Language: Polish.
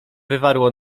wywarło